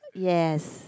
yes